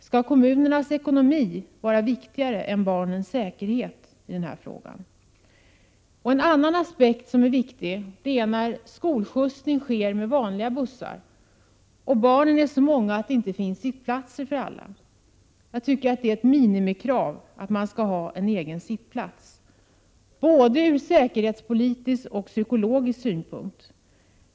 Skall kommunernas ekonomi i detta sammanhang vara viktigare än barnens säkerhet? En annan aspekt som är viktig är att det när skolskjutsning sker med vanliga bussar förekommer att barnen är så många att det inte finns sittplatser för alla. Jag tycker att det är ett minimikrav att alla barn skall ha en egen sittplats — både från säkerhetssynpunkt och från psykologisk synpunkt.